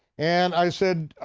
and i said,